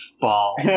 ball